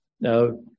Now